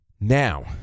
Now